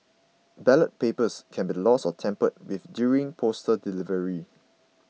ballot papers can be lost or tampered with during postal delivery